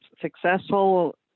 successful